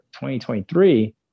2023